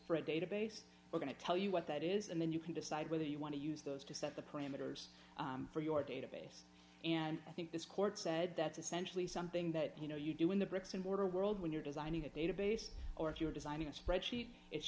for a database we're going to tell you what that is and then you can decide whether you want to use those to set the parameters for your database and i think this court said that's essentially something that you know you do in the bricks and mortar world when you're designing a database or if you're designing a spreadsheet it's